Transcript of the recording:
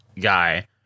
guy